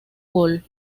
gol